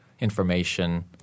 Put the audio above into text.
information